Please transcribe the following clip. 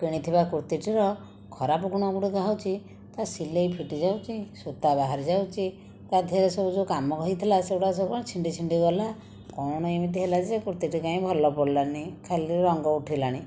କିଣିଥିବା କୁର୍ତ୍ତୀଟିର ଖରାପ ଗୁଣ ଗୁଡ଼ିକ ହେଉଛି ତା ସିଲେଇ ଫିଟି ଯାଉଛି ସୂତା ବାହାରି ଯାଉଛି ତା ଦିହରେ ସବୁ ଯେଉଁ କାମ ହେଇଥିଲା ସେଗୁଡ଼ା ସବୁ ଛିଣ୍ଡି ଛିଣ୍ଡି ଗଲା କ'ଣ ଏମିତି ହେଲାଯେ କୁର୍ତ୍ତୀଟି କାଇଁ ଭଲ ପଡ଼ିଲାନି ଖାଲି ରଙ୍ଗ ଉଠିଲାଣି